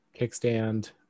kickstand